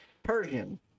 persian